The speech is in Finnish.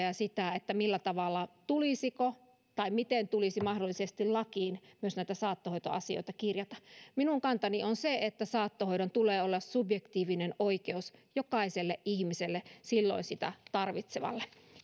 ja sitä tulisiko tai miten mahdollisesti tulisi lakiin myös näitä saattohoitoasioita kirjata minun kantani on se että saattohoidon tulee olla subjektiivinen oikeus jokaiselle ihmiselle silloin sitä tarvitsevalle